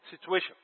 situation